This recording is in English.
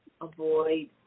avoid